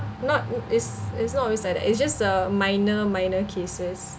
not is it's it's not always like that it's just a minor minor cases